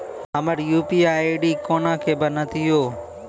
हमर UPI ID कोना के बनत यो?